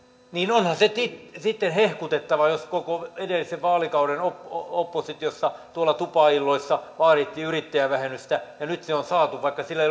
onhan se sitten hehkutettava jos koko edellisen vaalikauden oppositiossa tupailloissa vaadittiin yrittäjävähennystä ja nyt se on saatu vaikka sillä